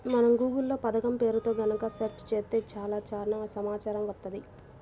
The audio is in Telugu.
మనం గూగుల్ లో పథకం పేరుతో గనక సెర్చ్ చేత్తే చాలు చానా సమాచారం వత్తది